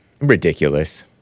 Ridiculous